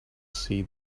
see